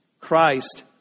Christ